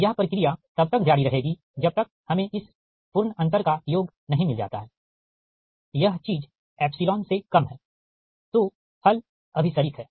यह प्रक्रिया तब तक जारी रहेगी जब तक हमें इस पूर्ण अंतर का योग नहीं मिल जाता है यह चीज एप्सिलॉन से कम है तो हल अभिसरित हैं